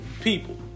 people